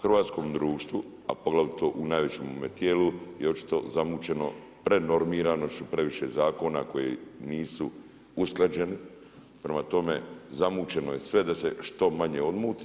Hrvatskom društvu, a poglavito u najvećem tijelu je očito zamućeno pred normiranošću, previše zakona koji nisu usklađeni, prema tome, zamućeno je sve da se što manje odmuti.